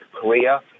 Korea